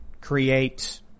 create